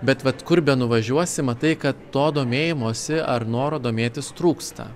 bet vat kur nuvažiuosi matai kad to domėjimosi ar noro domėtis trūksta